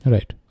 Right